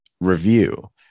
review